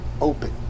open